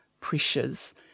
pressures